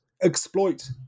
exploit